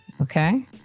Okay